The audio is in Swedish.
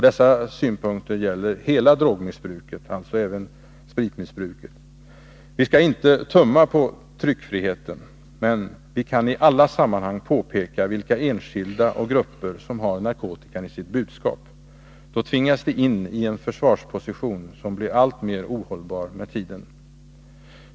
Dessa synpunkter gäller hela drogsmissbruket, alltså även spritmissbruket. Vi skall inte tumma på tryckfriheten, men vi kan i alla sammanhang påpeka vilka enskilda och grupper, som har narkotikan i sitt budskap. Då tvingas de in i en försvarsposition, som blir alltmer ohållbar med tiden.